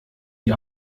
die